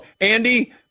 Andy